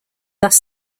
thus